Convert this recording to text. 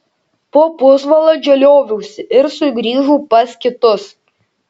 po pusvalandžio lioviausi ir sugrįžau pas kitus